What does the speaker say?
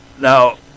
now